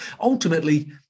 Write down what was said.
Ultimately